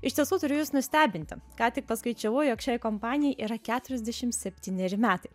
iš tiesų turiu jus nustebinti ką tik paskaičiavau jog šiai kompanijai yra keturiasdešimt septyneri metai